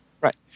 Right